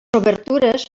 obertures